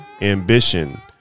ambition